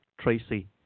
Tracy